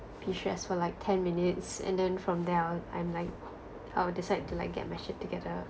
be stressed for like ten minutes and then from there on I'm like I'll decide to like get mash it together